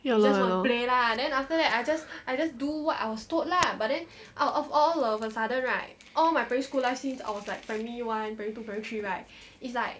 ya loh ya loh